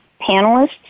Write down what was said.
panelists